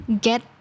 get